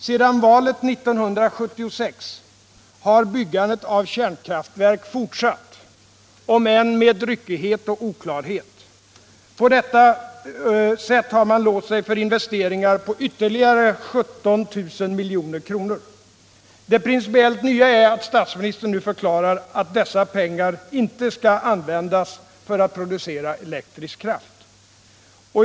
Sedan valet 1976 har byggandet av kärnkraftverk fortsatt om än med ryckighet och oklarhet. På detta sätt har man låst sig för investeringar på ytterligare 17 000 milj.kr. Det principiellt nya är att statsministern nu förklarar att dessa kraftverk inte skall användas för att producera elektrisk ström.